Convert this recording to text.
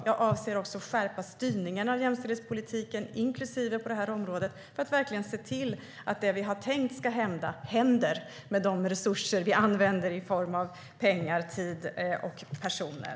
Jag avser också att skärpa styrningen av jämställdhetspolitiken, även på det här området, för att se till att det vi har tänkt ska hända verkligen händer med hjälp av de resurser vi använder i form av pengar, tid och personer.